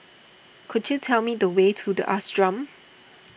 could you tell me the way to the Ashram